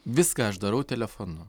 viską aš darau telefonu